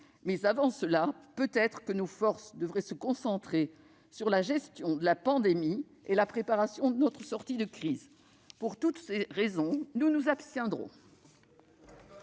avant cela, nos forces devraient peut-être se concentrer sur la gestion de la pandémie et sur la préparation de notre sortie de crise. Pour toutes ces raisons, nous nous abstiendrons.